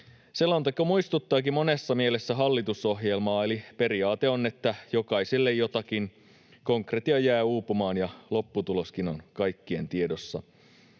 Selonteko muistuttaakin monessa mielessä hallitusohjelmaa, eli periaate on, että jokaiselle jotakin. Konkretia jää uupumaan, ja lopputuloskin on kaikkien tiedossa.